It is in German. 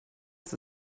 dass